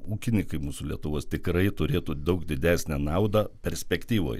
ūkininkai mūsų lietuvos tikrai turėtų daug didesnę naudą perspektyvoj